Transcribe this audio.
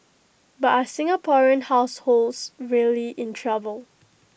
but are Singaporean households really in trouble